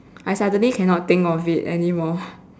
I suddenly cannot think of it anymore